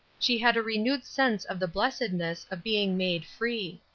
she had a renewed sense of the blessedness of being made free.